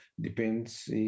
Depends